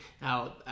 now